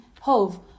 Hove